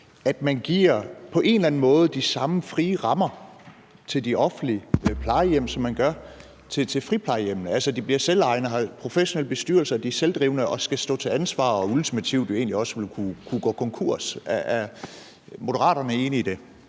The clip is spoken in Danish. at man på en eller anden måde giver de samme frie rammer til de offentlige plejehjem, som man gør til friplejehjemmene, altså sådan, at de bliver selvejende, har professionelle bestyrelser og er selvdrivende og skal stå til ansvar og ultimativt jo egentlig også vil kunne gå konkurs? Er Moderaterne enige i det?